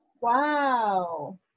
Wow